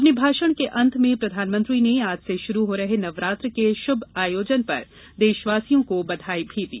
अपने भाषण के अंत में प्रधानमंत्री ने आज से शुरू हो रहे नवरात्र के शुभ आयोजन पर देशवासियों को बधाई भी दी